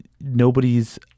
nobody's